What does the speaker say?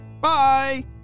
Bye